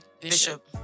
Bishop